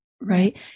Right